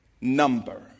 number